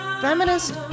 feminist